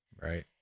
Right